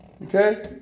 Okay